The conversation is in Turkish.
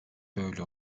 böyle